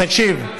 תקשיב,